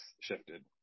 shifted